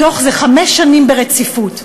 מתוך זה חמש שנים ברציפות.